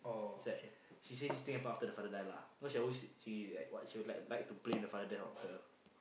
is like she says this after her father die lah cause she always he like he would liken like to blame the father death on her